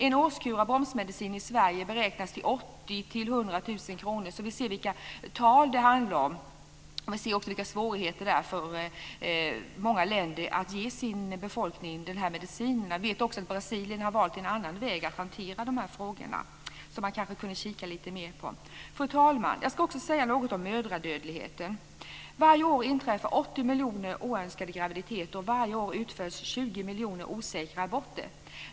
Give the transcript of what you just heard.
En årskur av bromsmediciner i Sverige beräknas till 80 000 100 000 kr. Vi ser vilka tal det handlar om och vilka svårigheter det är för många länder att ge sin befolkning denna medicin. Vi vet att Brasilien har valt en annan väg för att hantera i dessa frågor, så man kanske ska titta lite mer på det. Fru talman! Jag ska också säga några ord om mödradödlighet. Varje år inträffar 80 miljoner oönskade graviditeter, och varje år utförs 20 miljoner osäkra aborter.